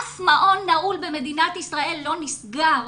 אף מעון נעול במדינת ישראל לא נסגר,